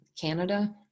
Canada